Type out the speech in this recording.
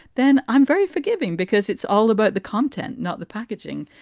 then i'm very forgiving because it's all about the content, not the packaging.